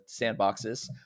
sandboxes